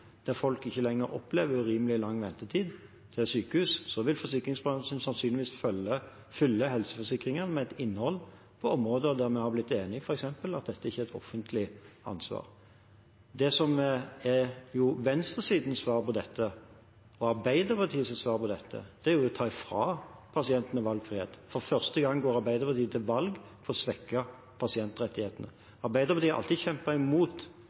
der folk ikke lenger opplever urimelig lang ventetid ved sykehus, vil forsikringsbransjen sannsynligvis fylle helseforsikringen med et innhold på områder der vi f.eks. har blitt enige om at dette ikke er et offentlig ansvar. Det som er venstresidens – og Arbeiderpartiets – svar på dette, er å frata pasientene valgfrihet. For første gang går Arbeiderpartiet til valg på å svekke pasientrettighetene. Arbeiderpartiet har alltid